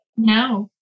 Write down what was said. No